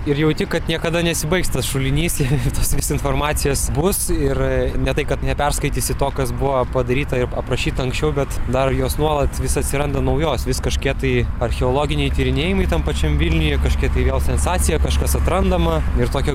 ir jauti kad niekada nesibaigs tas šulinys tos vis informacijos bus ir ne tai kad neperskaitysi to kas buvo padaryta aprašyta anksčiau bet dar jos nuolat vis atsiranda naujos vis kažkokie tai archeologiniai tyrinėjimai tam pačiam vilniuje kažkokie tai vėl sensacija kažkas atrandama ir tokio